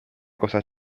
cosa